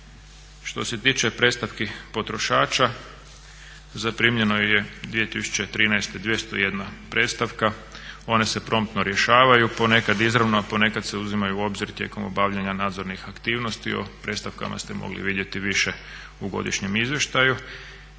Što se tiče predstavki potrošača zaprimljeno je 2013. 201 predstavka. One se promptno rješavaju, ponekad izravno, a ponekad se uzimaju u obzir tijekom obavljanja nadzornih aktivnosti. O predstavkama ste mogli vidjeti više u godišnjem izvještaju.